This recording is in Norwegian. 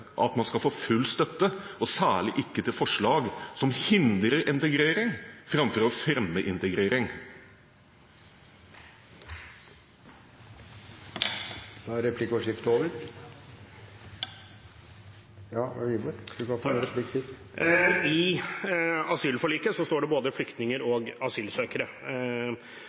at man har hatt en gjennomgang av ordningene, men man kan ikke forvente at man skal få full støtte, og særlig ikke til forslag som hindrer integrering framfor å fremme integrering. I asylforliket står det både flyktninger og asylsøkere.